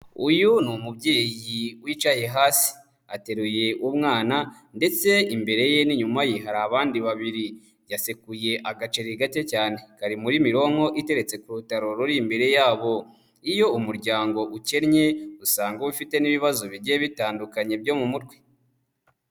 Uyu ni umubyeyi wicaye hasi. Ateruye umwana ndetse imbere ye n'inyuma ye hari abandi babiri. Yasekuye agaceri gake cyane. Kari muri mironko iteretse ku rutaro ruri imbere yabo. Iyo umuryango ukennye usanga uba ufite n'ibibazo bigiye bitandukanye byo mu mutwe.